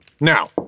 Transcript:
Now